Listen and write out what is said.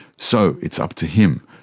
so it's up to him.